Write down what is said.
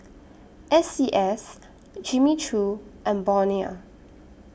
S C S Jimmy Choo and Bonia